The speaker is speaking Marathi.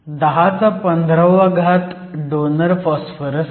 1015 डोनर फॉस्फरस आहे